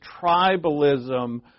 tribalism